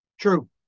True